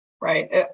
right